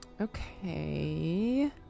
Okay